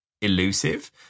elusive